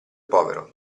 povero